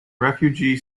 refugee